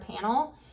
panel